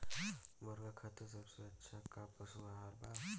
मुर्गा खातिर सबसे अच्छा का पशु आहार बा?